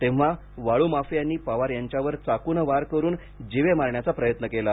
तेव्हा वाळू माफियांनी पवार यांच्यावर चाकूनं वार करून जीवे मारण्याचा प्रयत्न केला